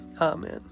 Amen